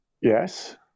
yes